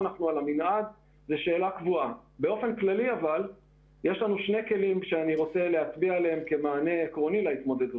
באופן כללי יש שני כלים: ראשית,